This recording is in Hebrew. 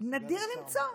נדיר למצוא.